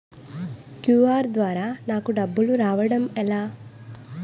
QR ద్వారా నాకు డబ్బులు రావడం ఎలా?